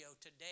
today